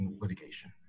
litigation